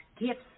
gifts